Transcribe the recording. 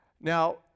Now